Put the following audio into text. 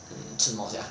err 吃什么 sia